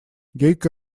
гейка